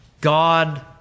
God